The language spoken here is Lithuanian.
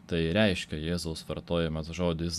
tai reiškia jėzaus vartojamas žodis